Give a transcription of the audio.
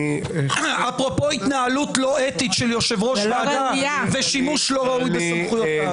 אפרופו התנהלות לא אתית של יושב-ראש ועדה ושימוש לא ראוי בסמכויותיו.